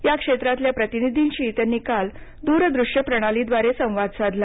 या क्षेत्रातल्या प्रतिनिधींशी त्यांनी काल दूर दृश्य प्रणालीद्वारे संवाद साधला